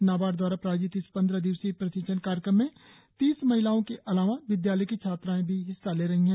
नाबार्ड द्वारा प्रायोजित इस पंद्रह दिवसीय प्रशिक्षण कार्यक्रम में तीस महिलाओं के अलावा विदयालय की छात्राएं भी हिस्सा ले रही हैं